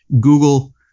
Google